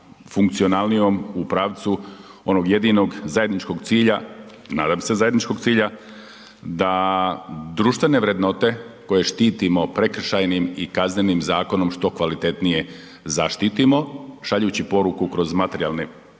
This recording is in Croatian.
funkcionalnijom u pravcu onog jedinog zajedničkog cilja, nadam se zajedničkog cilja da društvene vrednote koje štitimo prekršajnim i kaznenim zakonom što kvalitetnije zaštitimo šaljući poruku kroz materijalne,